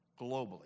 globally